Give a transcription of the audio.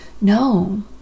no